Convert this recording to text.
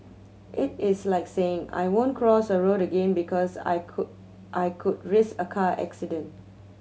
it is like saying I won't cross a road again because I could I could risk a car accident